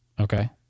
Okay